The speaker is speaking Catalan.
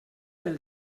pel